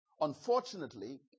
unfortunately